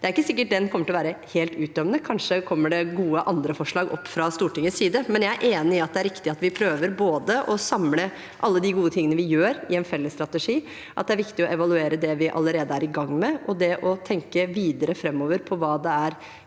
Det er ikke sikkert den kommer til å være helt uttømmende. Kanskje kommer det andre gode forslag fra Stortingets side. Men jeg er enig i at det er riktig at vi prøver å samle alle de gode tingene vi gjør, i en felles strategi, og at det er viktig å evaluere det vi allerede er i gang med, og tenke videre framover på hvor det er